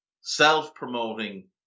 self-promoting